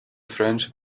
french